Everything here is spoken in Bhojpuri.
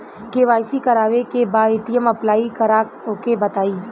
के.वाइ.सी करावे के बा ए.टी.एम अप्लाई करा ओके बताई?